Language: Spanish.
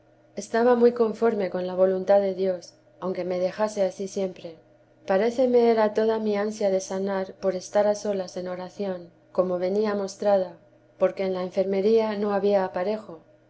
estaba muy conforme con la voluntad de dios aunque me dejase ansí siempre paréceme era toda mi ansia de sanar por estar a solas en oración como venia mostrada porque en la enfermería no había aparefo